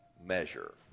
measure